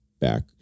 back